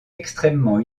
extrêmement